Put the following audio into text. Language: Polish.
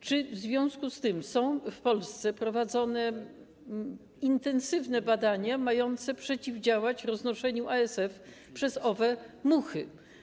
Czy w związku z tym są w Polsce prowadzone intensywne badania mające przeciwdziałać roznoszeniu ASF przez owe muchy?